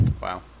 Wow